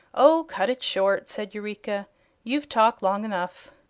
oh, cut it short, said eureka you've talked long enough.